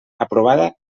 aprovada